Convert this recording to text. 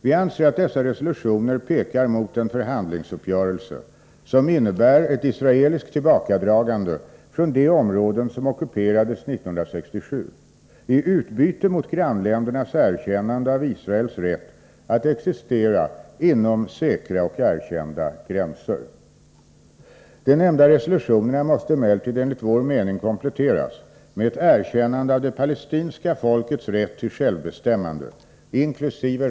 Vi anser att dessa resolutioner pekar mot en förhandlingsuppgörelse som innebär ett israeliskt tillbakadragande från de områden som ockuperades 1967 i utbyte mot grannländernas erkännande av Israels rätt att existera inom säkra och erkända gränser. De nämnda resolutionerna måste emellertid enligt vår mening kompletteras med ett erkännande av det palestinska folkets rätt till självbestämmande — inkl.